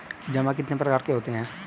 जमा कितने प्रकार के होते हैं?